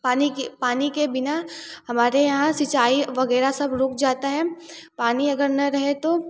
पानी के पानी के बिना हमारे यहाँ सिंचाई वगैरह सब रुक जाता है पानी अगर न रहे तो